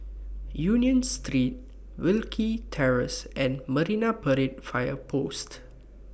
Union Street Wilkie Terrace and Marine Parade Fire Post